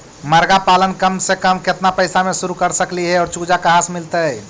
मरगा पालन कम से कम केतना पैसा में शुरू कर सकली हे और चुजा कहा से मिलतै?